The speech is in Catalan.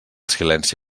silenci